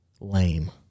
Lame